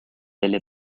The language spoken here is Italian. delle